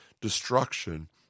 destruction